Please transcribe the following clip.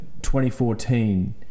2014